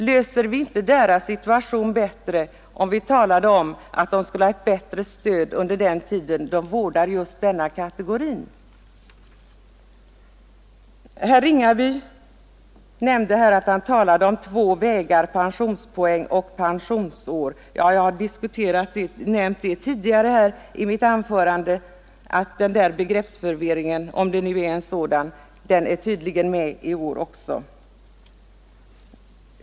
Löser vi inte deras situation bättre om vi talar om att de skall ha ett bättre stöd under den tid de vårdar just dessa barn? Herr Ringaby talade om två vägar: pensionspoäng och pensionsår. Jag har nämnt tidigare i mitt anförande att den där begreppsförvirringen, om det nu är en sådan, tydligen är med i år också.